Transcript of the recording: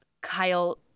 Kyle-